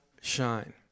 shine